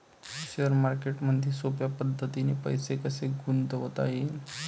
Share मार्केटमधी सोप्या पद्धतीने पैसे कसे गुंतवता येईन?